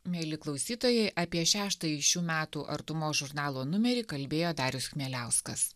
mieli klausytojai apie šeštąjį šių metų artumos žurnalo numerį kalbėjo darius chmieliauskas